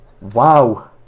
Wow